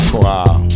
wow